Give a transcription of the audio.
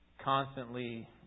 constantly